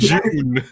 June